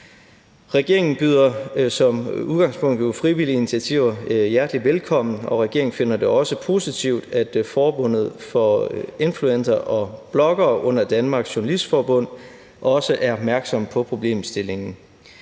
Regeringen byder jo som udgangspunkt frivillige initiativer hjertelig velkommen, og regeringen finder det også positivt, at Forbundet for Influenter & Bloggere under Danmarks Journalistforbund også er opmærksom på problemstillingen.